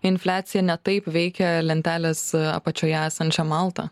infliacija ne taip veikia lentelės apačioje esančią maltą